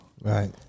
Right